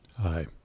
Hi